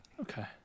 Okay